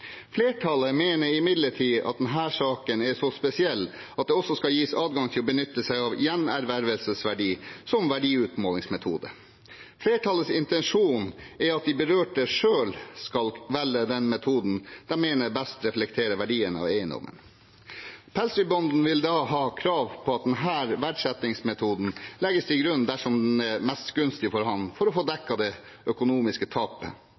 Flertallet mener imidlertid at denne saken er så spesiell at det også skal gis adgang til å benytte seg av gjenervervsverdi som verdiutmålingsmetode. Flertallets intensjon er at de berørte selv skal velge den metoden de mener best reflekterer verdien av eiendommen. Pelsdyrbonden vil da ha krav på at denne verdsettingsmetoden legges til grunn dersom den er mest gunstig for ham for å få dekket det økonomiske tapet,